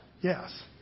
Yes